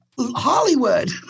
Hollywood